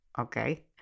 okay